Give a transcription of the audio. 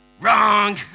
wrong